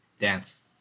dance